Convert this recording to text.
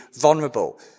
vulnerable